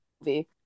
movie